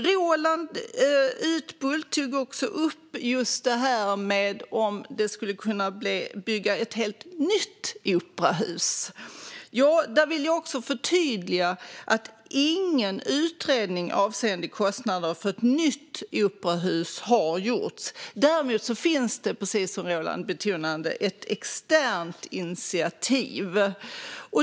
Roland Utbult tog upp frågan om att kunna bygga ett helt nytt operahus. Där vill jag förtydliga att ingen utredning avseende kostnader för ett nytt operahus har gjorts. Däremot finns det, precis som Roland betonade, ett externt initiativ.